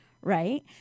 right